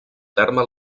terme